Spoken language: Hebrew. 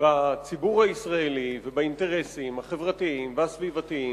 בציבור הישראלי ובאינטרסים החברתיים והסביבתיים,